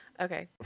Okay